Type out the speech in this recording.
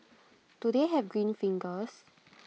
do they have green fingers